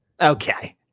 Okay